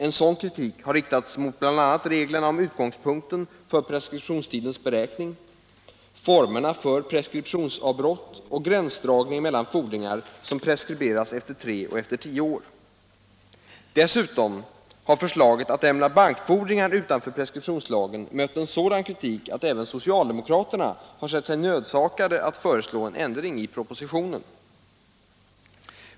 En sådan kritik har riktats mot bl.a. reglerna om utgångspunkten för preskriptionstidens beräkning, formerna för preskriptionsavbrott och gränsdragningen mellan fordringar som preskriberas efter tre och efter tio år. Dessutom har förslaget att lämna bankfordringar utanför preskriptionslagen mött en sådan kritik att även socialdemokraterna har sett sig föranlåtna att föreslå en ändring i propositionen.